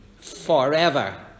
forever